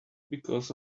because